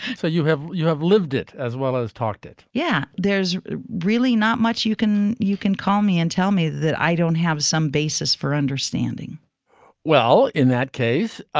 so you have you have lived it as well as talked it yeah. there's really not much you can you can call me and tell me that i don't have some basis for understanding well, in that case,